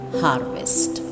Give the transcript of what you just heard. harvest